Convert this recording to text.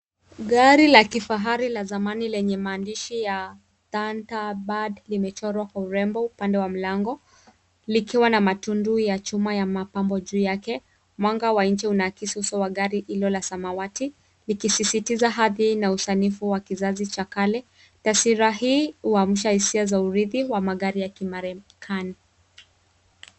Gari la kifahari la zamani lenye maadishi ya Tanta Bad limechorwa kwa urembo upande wa mlango, likiwa na matundu ya chuma ya mapambo juu yake. Mwanga wa nchi unakisi uso wa gari hilo la samawati, likisisitiza hadhi na usanifu wa kizazi cha kale, Taswira hii huamsha hisia za uridhi wa magari ya kimarekani.